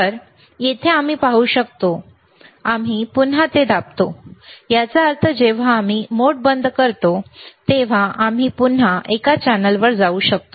तर येथे आम्ही आता पाहू शकतो आम्ही ते पुन्हा दाबतो याचा अर्थ जेव्हा आम्ही मोड बंद करतो तेव्हा आम्ही पुन्हा एका चॅनेलवर जाऊ शकतो